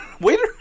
Waiter